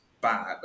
bad